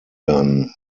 gun